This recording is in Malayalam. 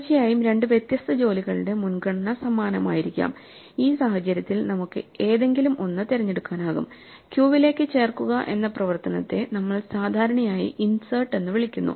തീർച്ചയായും രണ്ട് വ്യത്യസ്ത ജോലികളുടെ മുൻഗണന സമാനമായിരിക്കാം ഈ സാഹചര്യത്തിൽ നമുക്ക് ഏതെങ്കിലും ഒന്ന് തിരഞ്ഞെടുക്കാനാകും ക്യൂവിലേക്ക് ചേർക്കുക എന്ന പ്രവർത്തനത്തെ നമ്മൾ സാധാരണയായി ഇൻസെർട്ട് എന്ന് വിളിക്കുന്നു